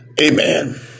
Amen